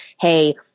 Hey